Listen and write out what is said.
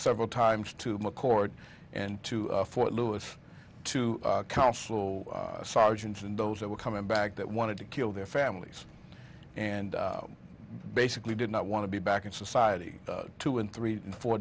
several times to mccord and to fort lewis to counsel sergeants and those that were coming back that wanted to kill their families and basically did not want to be back in society two and three and four